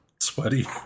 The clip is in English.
sweaty